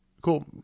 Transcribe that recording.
cool